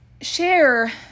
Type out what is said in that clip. share